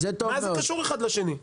מה זה קשור אחד לשני?